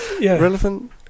relevant